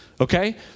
okay